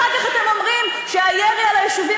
אחר כך אתם אומרים שהירי על היישובים